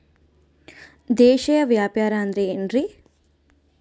ದೇಶೇಯ ವ್ಯಾಪಾರ ಅಂದ್ರೆ ಏನ್ರಿ?